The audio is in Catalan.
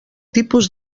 tipus